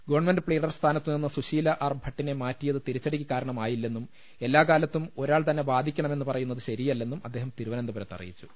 government pleader സ്ഥാനത്തു നിന്ന് Sushila R ഭട്ടിനെ മാറ്റിയത് തിരിച്ചടിക്ക് കാരണമായി ല്ലെന്നും എല്ലാകാലത്തും ഒരാൾ തന്നെ വാദിക്കണമെന്ന് പറയു ന്നത് ശരിയല്ലെന്നും അദ്ദേഹം തിരുവനന്തപുരത്ത് അറിയിച്ചു